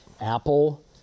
Apple